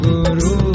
Guru